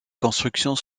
constructions